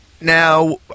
Now